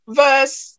verse